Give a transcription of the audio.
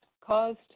caused